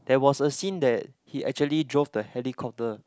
there was a scene that he actually drove the helicopter